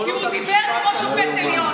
כי הוא דיבר כמו שופט עליון.